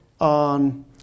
on